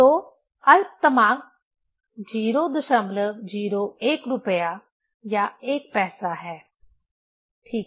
तो अल्पतमांक 001 रुपया या 1 पैसा है ठीक है